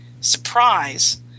surprise